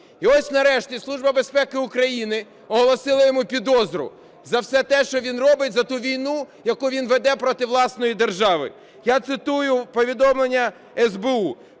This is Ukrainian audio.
України оголосила йому підозру за все те, що він робить, за ту війну, яку він веде проти власної держави. Я цитую повідомлення СБУ: